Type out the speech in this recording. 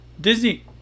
Disney